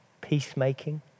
peacemaking